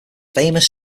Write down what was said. famous